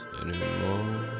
anymore